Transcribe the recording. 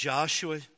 Joshua